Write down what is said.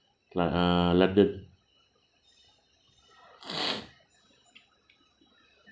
lon~ uh london